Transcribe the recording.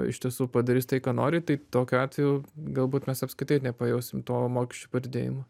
iš tiesų padarys tai ką nori tai tokiu atveju galbūt mes apskritai nepajausim to mokesčių padidėjimo